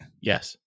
Yes